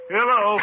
Hello